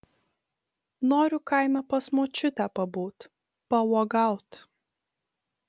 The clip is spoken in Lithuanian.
noriu kaime pas močiutę pabūt pauogaut